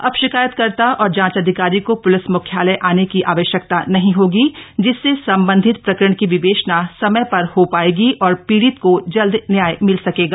अब शिकायतकर्ता और जांच अधिकारी को प्लिस म्ख्यालय आने की आवश्यकता नहीं होगी जिससे सम्बन्धित प्रकरण की विवेचना समय पर हो पायेगी और पीड़ित को जल्द न्याय मिल सकेगा